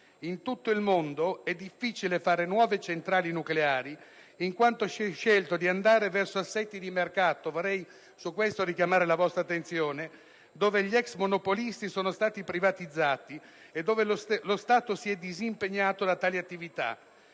In tutto il mondo è difficile fare nuove centrali nucleari, in quanto si è scelto di andare verso assetti di mercato - su questo aspetto vorrei l'attenzione dei colleghi - dove gli ex monopolisti sono stati privatizzati e dove lo Stato si è disimpegnato da tali attività.